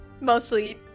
mostly